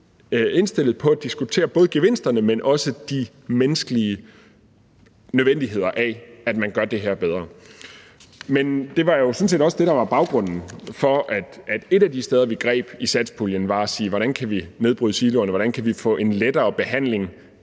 indstillede på at diskutere både gevinsterne, men også den menneskelige nødvendighed af, at man gør det her bedre. Men det var jo sådan set også det, der var baggrunden for, at et af de steder, vi tog fat i i satspuljen, var at sige: Hvordan kan vi nedbryde siloerne? Hvordan kan vi få en lettere behandling